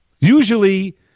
Usually